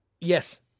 Yes